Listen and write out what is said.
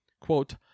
Quote